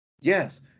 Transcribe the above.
Yes